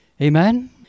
Amen